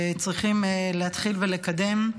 על ידי חברות וחברי הכנסת, שצריכים להתחיל ולקדם.